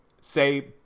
say